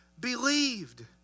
believed